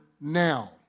now